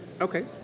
Okay